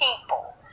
people